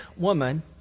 woman